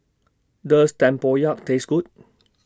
Does Tempoyak Taste Good